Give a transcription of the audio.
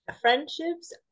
friendships